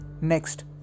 next